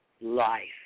life